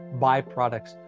byproducts